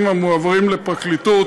שהם כ-40% מהתיקים המועברים לפרקליטות,